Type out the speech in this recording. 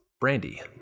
brandy